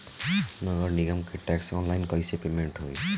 नगर निगम के टैक्स ऑनलाइन कईसे पेमेंट होई?